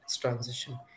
transition